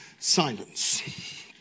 Silence